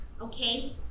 Okay